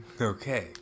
Okay